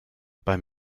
bei